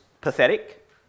pathetic